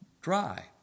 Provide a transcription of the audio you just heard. dry